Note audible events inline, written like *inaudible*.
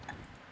*laughs*